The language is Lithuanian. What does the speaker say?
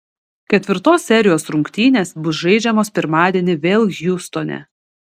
ketvirtos serijos rungtynės bus žaidžiamos pirmadienį vėl hjustone